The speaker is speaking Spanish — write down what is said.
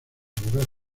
hogar